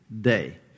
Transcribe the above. day